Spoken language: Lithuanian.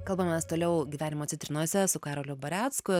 kalbamės toliau gyvenimo citrinose su karoliu barecku